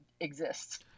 exists